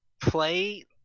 play